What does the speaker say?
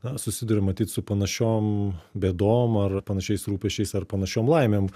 na susiduria matyt su panašiom bėdom ar panašiais rūpesčiais ar panašiom laimėm